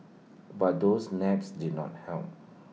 but those naps did not help